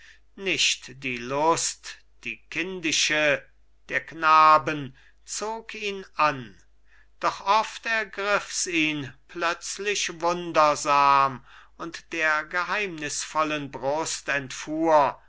nicht die lust die kindische der knaben zog ihn an doch oft ergriffs ihn plötzlich wundersam und der geheimnisvollen brust entfuhr